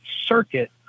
circuit